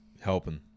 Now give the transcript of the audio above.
helping